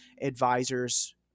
advisors